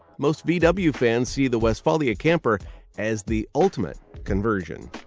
most vw ah vw fans see the westfalia camper as the ultimate conversion.